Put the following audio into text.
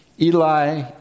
Eli